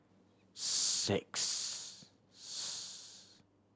six